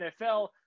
NFL